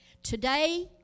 Today